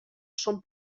són